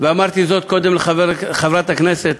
ואמרתי זאת קודם לחברת הכנסת